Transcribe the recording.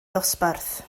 ddosbarth